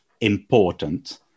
important